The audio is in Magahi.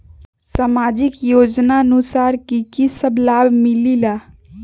समाजिक योजनानुसार कि कि सब लाब मिलीला?